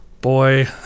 boy